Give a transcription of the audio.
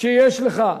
שיש לך,